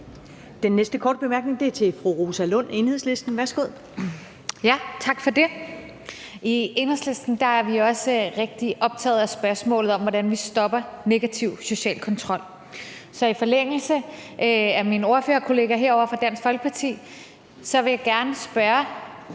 Den næste korte bemærkning er fra fru Rosa Lund, Enhedslisten. Værsgo. Kl. 21:23 Rosa Lund (EL): Tak for det. I Enhedslisten er vi også rigtig optaget af spørgsmålet om, hvordan vi stopper negativ social kontrol. Så i forlængelse af spørgsmålet fra min ordførerkollega fra Dansk Folkeparti vil jeg gerne spørge